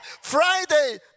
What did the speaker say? Friday